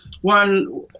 One